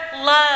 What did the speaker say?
love